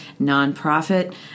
nonprofit